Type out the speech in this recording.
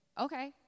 okay